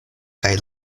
kaj